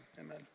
amen